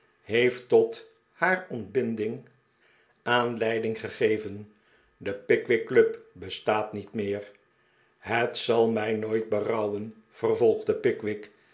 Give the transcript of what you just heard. heeft tot haar ontbinding aanleiding gegeven de pickwick club bestaat niet meer het zal mij nooit berouwen vervolgde pickwick